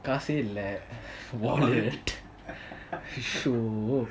காசெய் இல்ல:kaasey illa wallet so